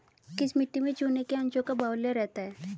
किस मिट्टी में चूने के अंशों का बाहुल्य रहता है?